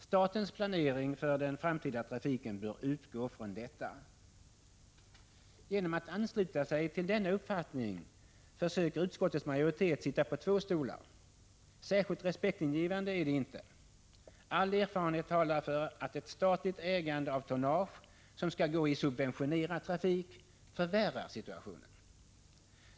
Statens planering för den framtida trafiken bör utgå från detta.” Genom att ansluta sig till denna uppfattning försöker utskottets majoritet sitta på två stolar. Särskilt respektingivande är det inte. All erfarenhet talar för att ett statligt ägande av tonnage som skall gå i subventionerad trafik förvärrar situationen.